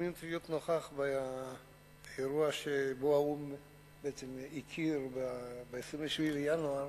הזמין אותי להיות נוכח באירוע שבו האו"ם בעצם הכיר ב-27 בינואר